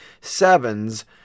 sevens